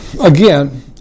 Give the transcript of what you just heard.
again